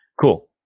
Cool